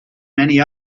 many